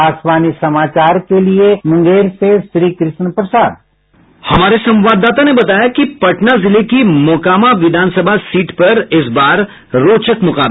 आकाशवाणी समाचार के लिए मुंगेर से श्रीकृष्ण प्रसाद हमारे संवाददाता ने बताया कि पटना जिले की मोकामा विधान सभा सीट पर इस बार रोचक मुकाबला है